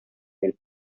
del